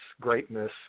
greatness